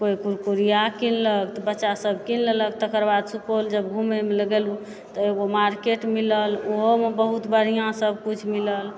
कोइ कुरकुरिया किनलक तऽ बच्चा सभ कीन लक तकर बाद सुपौल जब घुमै लऽ गेलहुॅं तऽ एगो मार्केट मिलल ओहोमे बहुत बढ़िऑं सभकिछु मिलल